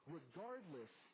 regardless